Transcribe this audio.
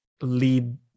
lead